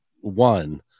one